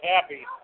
happy